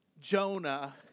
Jonah